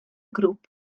grŵp